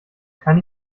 kann